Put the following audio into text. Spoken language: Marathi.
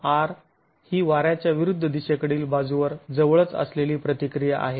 R ही वाऱ्याच्या विरुद्ध दिशेकडील बाजूवर जवळच असलेली प्रतिक्रिया आहे